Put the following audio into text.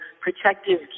protective